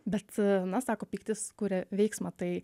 bet na sako pyktis kuria veiksmą tai